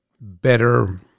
better